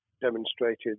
demonstrated